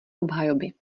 obhajoby